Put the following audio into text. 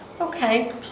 Okay